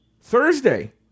Thursday